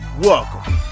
Welcome